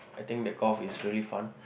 I think that golf is really fun